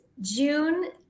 June